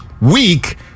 week